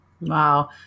Wow